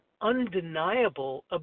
undeniable